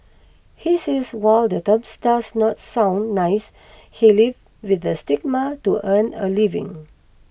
he says while the term does not sound nice he lives with the stigma to earn a living